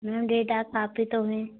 ma'am डेढ़ लाख काफ़ी तो हैं